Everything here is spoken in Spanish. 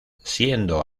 siendo